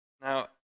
Now